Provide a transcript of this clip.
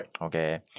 Okay